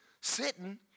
sitting